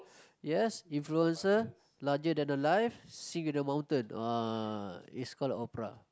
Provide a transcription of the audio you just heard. yes influencer larger than the life sing with the mountain !wah! is call a opera